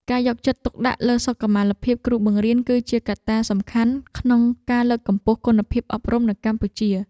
ការយកចិត្តទុកដាក់លើសុខុមាលភាពគ្រូបង្រៀនគឺជាកត្តាសំខាន់ក្នុងការលើកកម្ពស់គុណភាពអប់រំនៅកម្ពុជា។